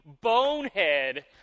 bonehead